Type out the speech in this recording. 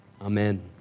Amen